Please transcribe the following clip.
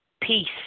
Peace